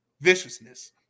viciousness